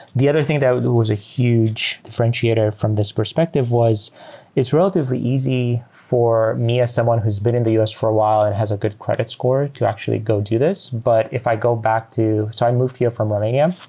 the other thing that was a huge differentiator from this perspective was it's relatively easy for me as someone who's been in the us for a while and has a good credit score to actually go to this. but if i go back to so i moved here from romania.